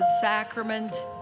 sacrament